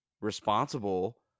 responsible